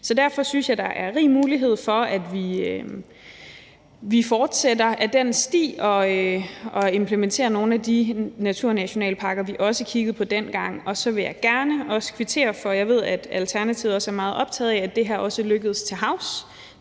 jeg, at der er rig mulighed for, at vi fortsætter ad den sti og implementerer nogle af de naturnationalparker, vi også kiggede på dengang. Og så vil jeg også gerne kvittere for, at jeg ved, at Alternativet også er meget optaget af, at det her også skal lykkes til havs.